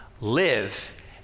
live